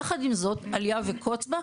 יחד עם זאת, אליה וקוץ בה,